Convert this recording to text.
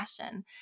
passion